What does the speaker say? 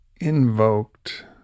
invoked